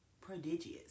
Prodigious